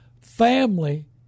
family